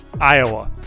Iowa